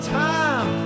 time